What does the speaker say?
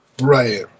Right